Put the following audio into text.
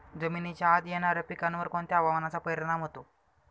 जमिनीच्या आत येणाऱ्या पिकांवर कोणत्या हवामानाचा परिणाम होतो?